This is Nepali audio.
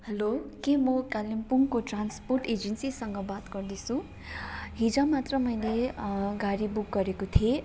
हेलो के म कालिम्पोङको ट्रान्सपोर्ट एजेन्सीसँग बात गर्दैछु हिजो मात्र मैले गाडी बुक गरेको थिएँ